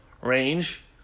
range